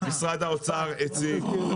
שמשרד האוצר הציג.